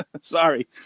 Sorry